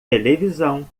televisão